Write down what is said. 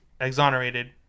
exonerated